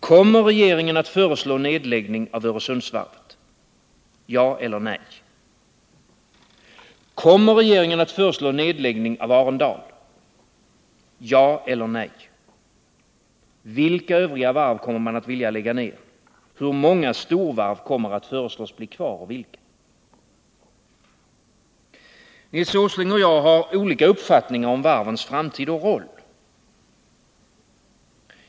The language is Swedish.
Kommer regeringen att föreslå nedläggning av Öresundsvarvet? Ja eller nej. Kommer regeringen att föreslå nedläggning av Arendal? Ja eller nej. Vilka övriga varv kommer man att vilja lägga ner? Hur många storvarv kommer att föreslås bli kvar och vilka? Nils Åsling och jag har olika uppfattningar om varvens framtid och roll.